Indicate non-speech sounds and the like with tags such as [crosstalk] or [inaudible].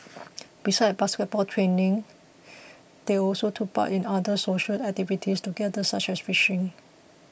[noise] besides basketball training they also took part in other social activities together such as fishing